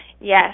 Yes